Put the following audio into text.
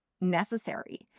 necessary